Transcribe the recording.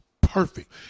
perfect